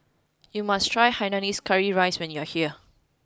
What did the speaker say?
you must try hainanese curry rice when you are here